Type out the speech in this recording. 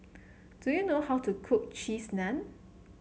do you know how to cook Cheese Naan